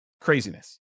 Craziness